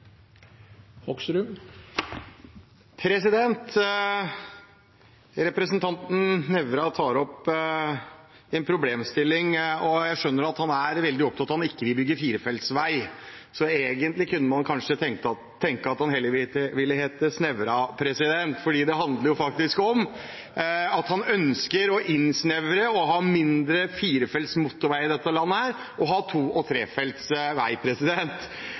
veldig opptatt av at han ikke vil bygge firefeltsvei. Egentlig kunne man kanskje tenke at han heller ville hete «Snævra», for det handler faktisk om at han ønsker å innsnevre og ha mindre firefelts motorvei i dette landet, og vil ha to- og